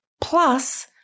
Plus